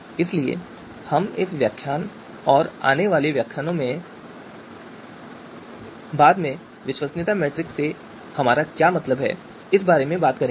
इसलिए हम इस व्याख्यान और आने वाले व्याख्यानों में बाद में विश्वसनीयता मैट्रिक्स से हमारा क्या मतलब है इस बारे में बात करेंगे